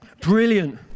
brilliant